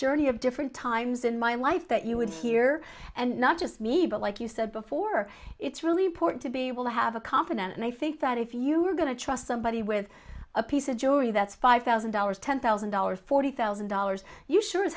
journey of different times in my life that you would hear and not just me but like you said before it's really important to be able to have a confident and i think that if you're going to trust somebody with a piece of jewelry that's five thousand dollars ten thousand dollars forty thousand dollars you sure as